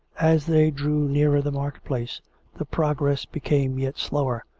as they drew nearer the market-place the progress be came yet slower,